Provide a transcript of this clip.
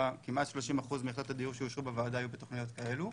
שבה כמעט 30% מיחידות הדיור שאושרו בוועדה היו בתוכניות כאלו.